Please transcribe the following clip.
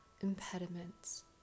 impediments